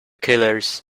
killers